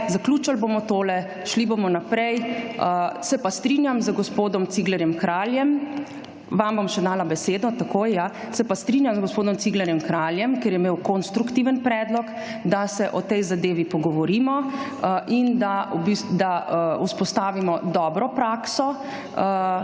Zaključili bomo tole. Šli bomo naprej. Se pa strinjam z gospodom Ciglerjem Kraljem – vam bom še dala besedo takoj, ja -, se pa strinjam z gospodom Ciglerjem Kraljem, ker je imel konstruktiven predlog, da se o tej zadevi pogovorimo in da vzpostavimo dobro prakso.